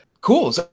Cool